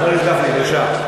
חבר הכנסת גפני, בבקשה.